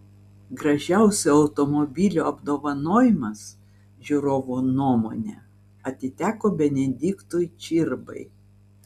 gražiausio automobilio apdovanojimas žiūrovų nuomone atiteko benediktui čirbai